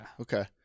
Okay